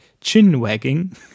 chin-wagging